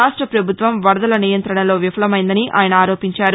రాష్ట పభుత్వం వరదల నియంతణలో విఫలమైందని ఆయన ఆరోపించారు